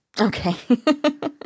Okay